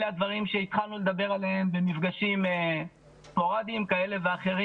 אלה הדברים שהתחלנו לדבר עליהם במפגשים ספורדיים כאלה ואחרים,